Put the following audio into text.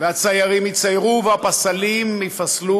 והציירים יציירו והפסלים יפסלו,